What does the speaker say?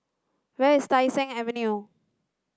where is Tai Seng Avenue